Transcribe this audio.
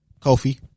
Kofi